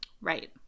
Right